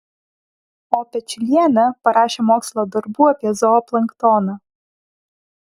o pečiulienė parašė mokslo darbų apie zooplanktoną